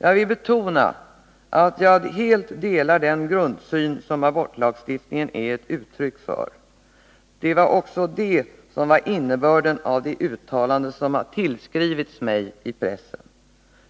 Jag vill betona att jag helt delar den grundsyn som abortlagstiftningen är ett uttryck för. Detta var också innebörden av det uttalande som har tillskrivits migi pressen.